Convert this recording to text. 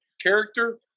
character